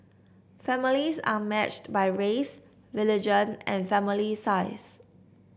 families are matched by race religion and family size